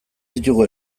ditugu